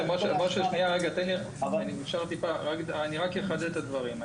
אני רק אחדד את הדברים.